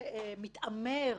מי שמתעמר